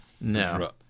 No